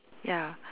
ya